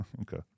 Okay